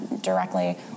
directly